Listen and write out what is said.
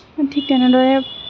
ঠিক তেনেদৰে